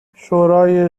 شورای